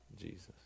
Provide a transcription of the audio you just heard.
Jesus